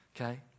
Okay